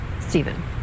Stephen